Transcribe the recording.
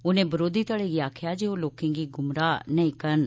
उनें बरोधी घड़े गी आखेआ जे ओह् लोकें गी गुमराह नेई करन